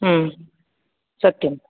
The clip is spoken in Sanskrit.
सत्यं